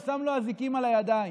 הוא שם לו אזיקים על הידיים.